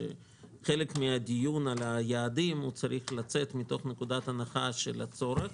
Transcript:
שחלק מן הדיון על היעדים צריך לצאת מתוך נקודת הנחה של הצורך